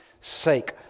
sake